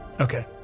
Okay